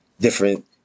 different